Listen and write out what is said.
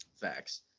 Facts